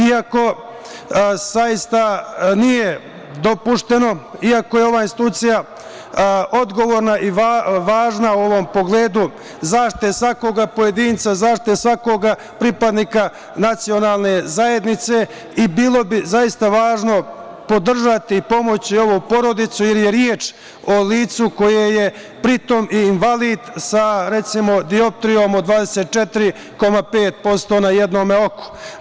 Iako zaista nije dopušteno, iako je ova institucija odgovorna i važna u ovom pogledu zaštite svakog pojedinca, zaštite svakoga pripadnika nacionalne zajednice i bilo bi zaista važno podržati i pomoći ovu porodicu, jer je reč o licu koje je, pri tome i invalid, sa dioptrijom od 24,5% na jednome oku.